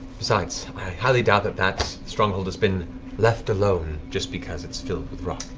besides, i highly doubt that that stronghold has been left alone, just because it's filled with rock.